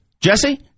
Jesse